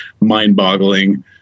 mind-boggling